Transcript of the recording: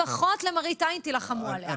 לפחות למראית עין תילחמו עליה.